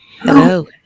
Hello